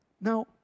Now